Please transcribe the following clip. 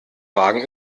wagen